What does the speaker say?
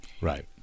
Right